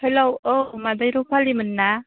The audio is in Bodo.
हेलौ औ मादै रुपालिमोन ना